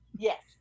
Yes